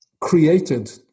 created